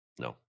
No